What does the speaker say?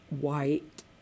white